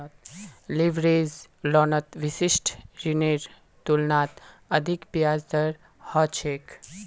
leverage लोनत विशिष्ट ऋनेर तुलनात अधिक ब्याज दर ह छेक